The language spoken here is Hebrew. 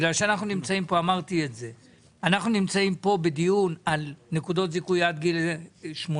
בגלל שאנחנו נמצאים פה בדיון על נקודות זיכוי עד גיל 18,